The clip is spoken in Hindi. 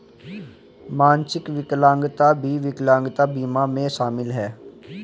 मानसिक विकलांगता भी विकलांगता बीमा में शामिल हैं